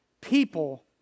people